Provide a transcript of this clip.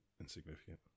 insignificant